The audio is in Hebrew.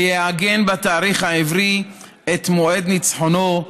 ויעגן בתאריך העברי את מועד ניצחונו,